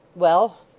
well!